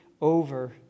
over